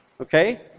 Okay